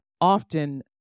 often